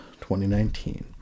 2019